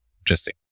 Interesting